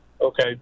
Okay